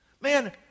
Man